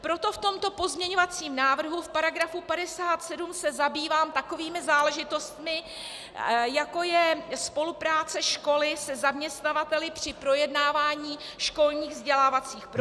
Proto v tomto pozměňovacím návrhu v § 57 se zabývám takovými záležitostmi, jako je spolupráce školy se zaměstnavateli při projednávání školních vzdělávacích programů